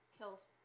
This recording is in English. Kills